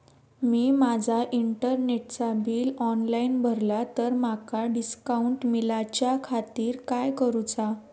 मी माजा इंटरनेटचा bill online भरला तर माका डिस्काउंट मिलाच्या खातीर काय करुचा?